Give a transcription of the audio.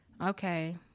okay